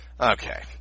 Okay